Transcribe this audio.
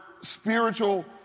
spiritual